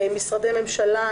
משרדי ממשלה,